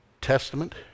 Testament